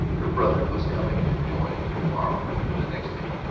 her brother was coming to join her to-morrow or the next day,